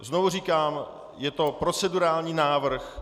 Znovu říkám, je to procedurální návrh.